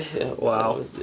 Wow